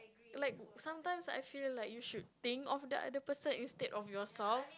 like sometimes I feel like you should think of the other person instead of yourself